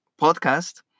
podcast